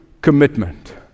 commitment